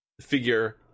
figure